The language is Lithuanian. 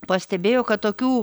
pastebėjo kad tokių